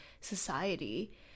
society